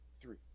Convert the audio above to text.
three